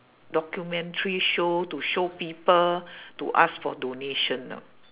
documentary show to show people to ask for donation know